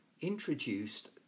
introduced